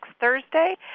Thursday